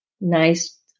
nice